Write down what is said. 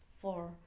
four